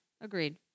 agreed